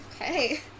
Okay